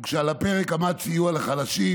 וכשעל הפרק עמד סיוע לחלשים,